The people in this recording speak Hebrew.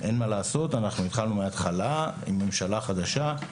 התחלנו מהתחלה עם ממשלה חדשה.